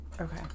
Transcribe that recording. Okay